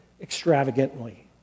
extravagantly